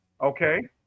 Okay